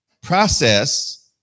process